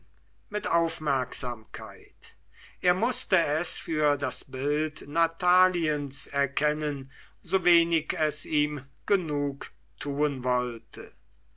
mit aufmerksamkeit er mußte es für das bild nataliens erkennen so wenig es ihm genugtun wollte